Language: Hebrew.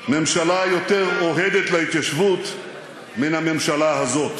ממשלה יותר אוהדת להתיישבות מן הממשלה הזאת.